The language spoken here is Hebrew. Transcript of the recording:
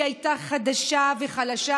כשהיא הייתה חדשה וחלשה,